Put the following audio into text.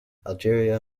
algeria